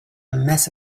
mess